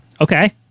Okay